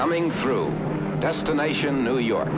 coming through destination new york